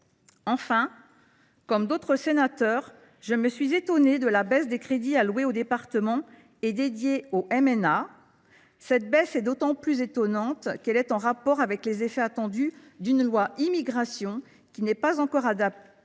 Enfin, comme d’autres sénateurs, je me suis étonnée de la baisse des crédits alloués aux départements et consacrés aux MNA. Cette baisse était d’autant plus étonnante qu’elle est en rapport avec les effets attendus d’un projet de loi sur l’immigration qui n’est pas encore adopté